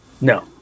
No